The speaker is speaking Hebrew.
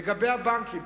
לגבי הבנקים,